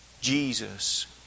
Jesus